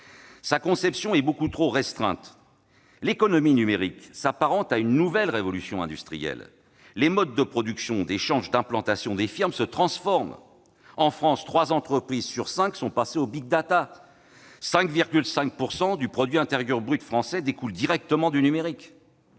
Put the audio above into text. en effet, est beaucoup trop restreinte, alors que l'économie numérique s'apparente à une nouvelle révolution industrielle : les modes de production, d'échanges et d'implantation des firmes se transforment. En France, trois entreprises sur cinq sont passées au et 5,5 % du produit intérieur brut découlent directement du numérique.